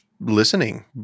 listening